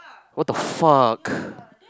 what the fuck